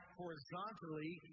horizontally